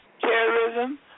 terrorism